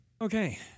Okay